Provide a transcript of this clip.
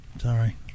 Sorry